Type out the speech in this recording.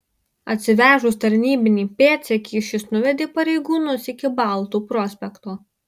atsivežus tarnybinį pėdsekį šis nuvedė pareigūnus iki baltų prospekto